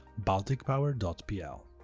balticpower.pl